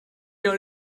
har